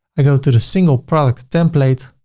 i go to the single product template,